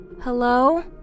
Hello